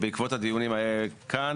בעקבות הדיונים כאן